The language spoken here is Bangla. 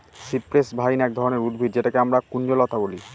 সিপ্রেস ভাইন এক ধরনের উদ্ভিদ যেটাকে আমরা কুঞ্জলতা বলি